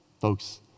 Folks